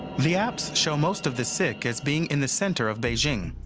the apps show most of the sick as being in the center of beijing.